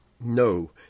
no